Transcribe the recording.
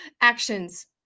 actions